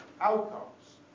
Outcomes